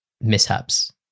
mishaps